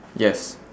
yes